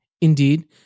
Indeed